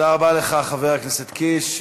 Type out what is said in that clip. תודה רבה לך, חבר הכנסת קיש.